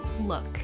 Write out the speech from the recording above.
look